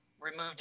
removed